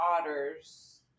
Otters